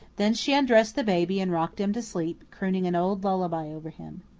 then she undressed the baby and rocked him to sleep, crooning an old lullaby over him.